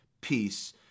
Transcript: peace